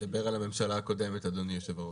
אתה מדבר על הממשלה הקודמת, אדוני יו"ר.